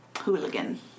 hooligan